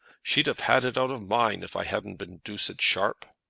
she'd have had it out of mine, if i hadn't been doosed sharp.